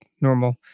normal